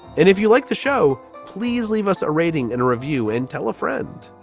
and if you like the show, please leave us a rating and a review and tell a friend